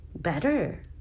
better